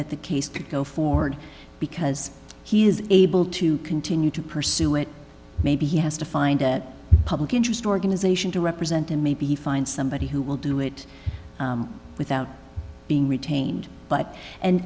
that the case could go forward because he is able to continue to pursue it maybe he has to find that public interest organization to represent him maybe find somebody who will do it without being retained but